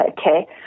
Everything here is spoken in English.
okay